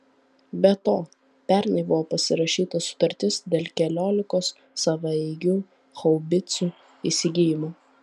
be to pernai buvo pasirašyta sutartis dėl keliolikos savaeigių haubicų įsigijimo